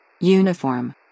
Uniform